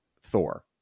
Thor